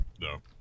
no